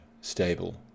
Stable